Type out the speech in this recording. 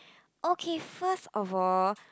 okay first of all